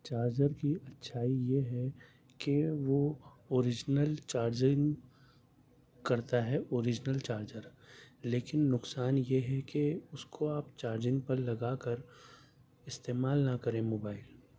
charger کی اچھائی یہ ہے کہ وہ اوریجنل چارجنگ کرتا ہے اوریجنل چارجر لیکن نقصان یہ ہے کہ اس کو آپ چارجنگ پر لگا کر استعمال نہ کریں موبائل